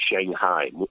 Shanghai